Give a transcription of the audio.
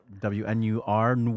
W-N-U-R